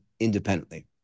independently